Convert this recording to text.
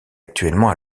actuellement